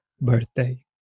birthday